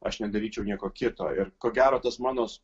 aš nedaryčiau nieko kito ir ko gero tas mano